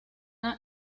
una